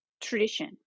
tradition